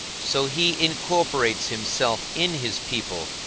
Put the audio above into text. so he incorporates himself in his people,